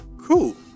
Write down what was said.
cool